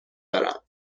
دارم